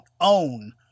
own